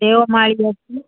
ଦେଓମାଳୀ ବି ଅଛି